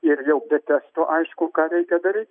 ir jau be testų aišku ką reikia daryt